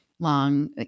long